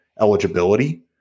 eligibility